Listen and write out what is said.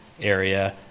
area